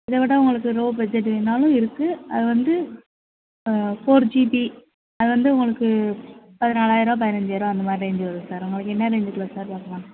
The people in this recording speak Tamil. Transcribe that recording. இதை விட உங்களுக்கு லோ பட்ஜட் வேணும்னாலும் இருக்குது அது வந்து ஃபோர் ஜிபி அதுவந்து உங்களுக்கு பதினாலாயிரூவா பதினஞ்சாயிரூவா அந்த மாதிரி ரேஞ்சு வரும் சார் உங்களுக்கு என்ன ரேஞ்சுக்குள்ள சார் பார்க்கலாம்